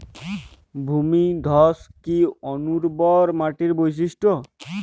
ভূমিধস কি অনুর্বর মাটির বৈশিষ্ট্য?